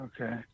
Okay